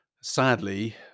sadly